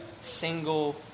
single